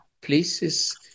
places